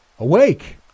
Awake